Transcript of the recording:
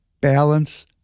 Balance